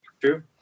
True